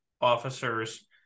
officers